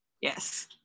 Yes